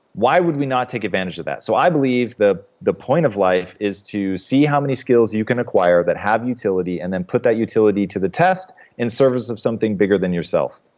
why would we not take advantage of that? so i believe the the point of life is to see how many skills you can acquire that have utility, and then put that utility to the test in service of something bigger than yourself.